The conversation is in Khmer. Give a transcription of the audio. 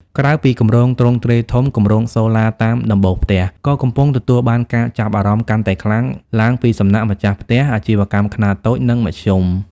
ក្រៅពីគម្រោងទ្រង់ទ្រាយធំ គម្រោងសូឡាតាមដំបូលផ្ទះ ក៏កំពុងទទួលបានការចាប់អារម្មណ៍កាន់តែខ្លាំងឡើងពីសំណាក់ម្ចាស់ផ្ទះ អាជីវកម្មខ្នាតតូច និងមធ្យម។